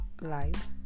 life